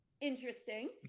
interesting